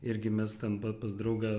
irgi mes ten pas draugą